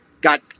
got